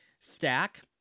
stack